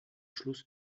schluss